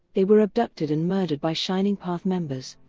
they were abducted and murdered by shining path members.